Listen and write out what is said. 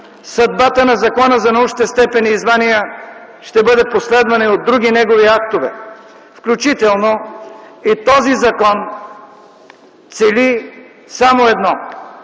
Съдбата на Закона за научните степени и звания ще бъде последвана и от други негови актове, включително и този закон цели само едно –